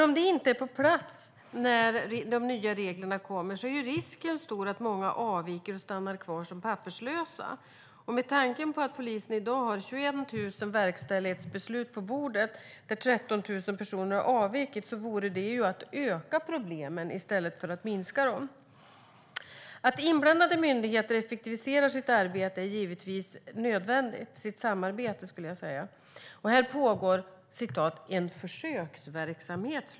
Om det inte är på plats när de nya reglerna träder i kraft är ju risken stor att många avviker och stannar kvar som papperslösa. Med tanke på att polisen i dag har 21 000 verkställighetsbeslut på bordet, där 13 000 personer har avvikit, vore det att öka problemen i stället för att minska dem. Att inblandade myndigheter effektiviserar sitt samarbete är givetvis nödvändigt. Här pågår "en försöksverksamhet".